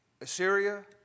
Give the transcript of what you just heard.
Assyria